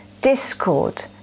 discord